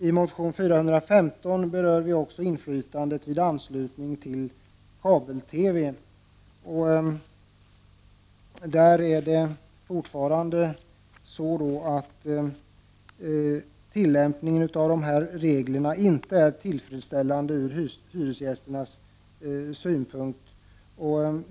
I motion 415 tar vi upp inflytandet vid anslutning till kabel-TV. Tillämpningen av reglerna är fortfarande inte tillfredsställande från hyresgästernas synpunkt.